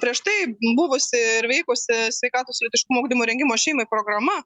prieš tai buvusi ir veikusi sveikatos lytiškumo ugdymo ir rengimo šeimai programa